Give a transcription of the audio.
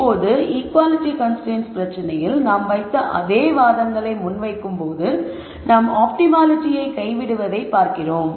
இப்போது equality constraints பிரச்சினையில் நாம் வைத்த அதே வாதங்களை முன்வைக்கும்போது நாம் ஆப்டிமாலிட்டியை கைவிடுவதைக் பார்ப்போம்